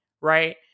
Right